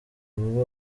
ubu